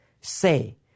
say